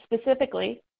specifically